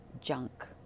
junk